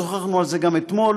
ושוחחנו על זה גם אתמול,